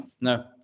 No